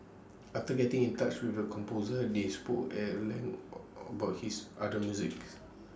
after getting in touch with the composer they spoke at length about his other musics